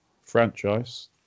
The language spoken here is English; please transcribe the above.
franchise